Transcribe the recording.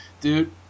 Dude